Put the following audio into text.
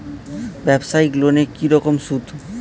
ব্যবসায়িক লোনে কি রকম সুদ?